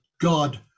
god